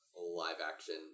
live-action